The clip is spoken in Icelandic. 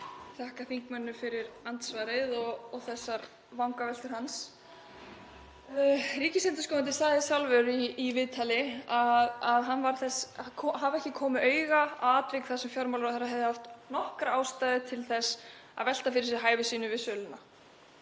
þakka þingmanninum fyrir andsvarið og þessar vangaveltur hans. Ríkisendurskoðandi sagði sjálfur í viðtali að hann hefði ekki komið auga atvik þar sem fjármálaráðherra hefði haft nokkra ástæðu til þess að velta fyrir sér hæfi sínu við söluna.